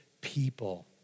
people